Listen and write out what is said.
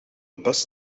bus